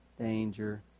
danger